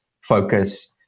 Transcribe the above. focus